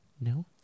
no